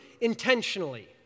intentionally